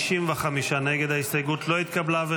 ההסתייגות לא התקבלה.